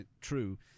true